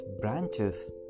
branches